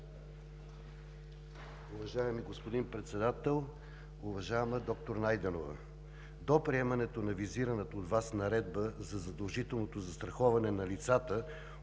Уважаеми господин Председател! Уважаема доктор Найденова, до приемането на визираната от Вас Наредба за задължителното застраховане на лицата,